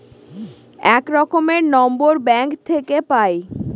এক রকমের নম্বর ব্যাঙ্ক থাকে পাই